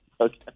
Okay